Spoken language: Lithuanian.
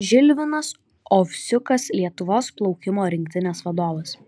žilvinas ovsiukas lietuvos plaukimo rinktinės vadovas